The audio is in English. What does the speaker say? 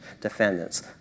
defendants